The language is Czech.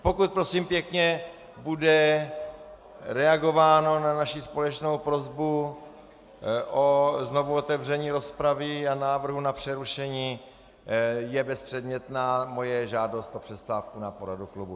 Pokud, prosím pěkně, bude reagováno na naši společnou prosbu o znovuotevření rozpravy a návrhu na přerušení, je bezpředmětná moje žádost o přestávku na poradu klubu.